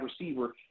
receiver